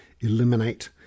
eliminate